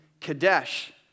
Kadesh